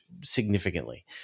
significantly